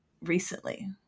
recently